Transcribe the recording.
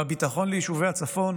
והביטחון ליישובי הצפון